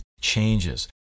changes